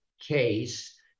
case